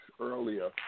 earlier